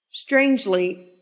Strangely